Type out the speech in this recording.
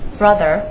brother